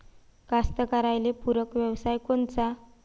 कास्तकाराइले पूरक व्यवसाय कोनचा?